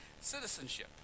citizenship